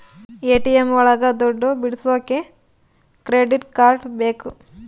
ATM ಒಳಗ ದುಡ್ಡು ಬಿಡಿಸೋಕೆ ಕ್ರೆಡಿಟ್ ಕಾರ್ಡ್ ಬೇಕು